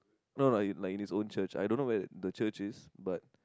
no like it like it's own church I don't know where the church is but